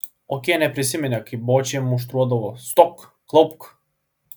okienė prisiminė kaip bočį muštruodavo stok klaupk